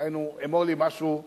דהיינו, אמור לי משהו שלמדת.